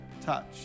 touch